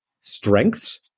strengths